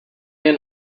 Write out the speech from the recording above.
jen